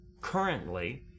currently